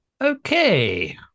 Okay